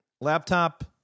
laptop